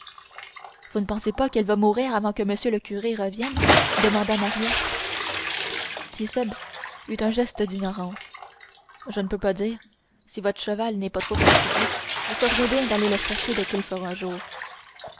vous ne pensez pas qu'elle va mourir avant que m le curé ne revienne demanda maria tit'sèbe eut un geste d'ignorance je ne peux pas dire si votre cheval n'est pas trop fatigué vous feriez bien d'aller le chercher dès qu'il fera jour